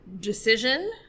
decision